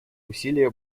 усилия